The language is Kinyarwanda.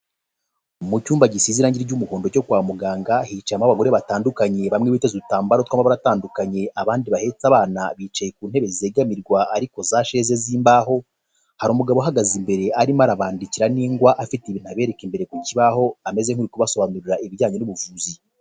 Mu cyumba gisize irangi ry'umuhondo cyo kwa muganga hicayemo abagore batandukanye, bamwe biteze udutambaro tw’amabara atandukanye, abandi bahetse abana bicaye ku ntebe zegamirwa ariko za sheze z'imbaho, hari umugabo uhagaze imbere arimo arabandikira n'ingwa, afite ibintu abereka imbere ku kibaho ameze nk'uri kubasobanurira ibijyanye n'ubuvuzi.